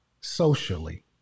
socially